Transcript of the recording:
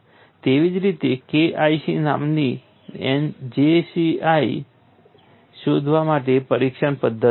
તેવી જ રીતે KIC તમારી પાસે JIC શોધવા માટે પરીક્ષણ પદ્ધતિઓ છે